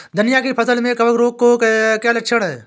धनिया की फसल में कवक रोग के लक्षण क्या है?